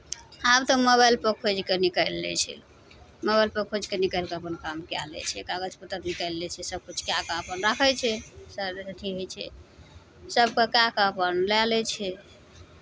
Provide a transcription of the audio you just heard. आब तऽ मोबाइलपर खोजि कऽ निकालि लै छै मोबाइलपर खोजि कऽ निकालि कऽ अपन काम कए लै छै कागज पत्तर निकालि लै छै सभकिछु कए कऽ अपन राखै छै सर अथी होइ छै सभके कए कऽ अपन लए लै छै